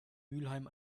mülheim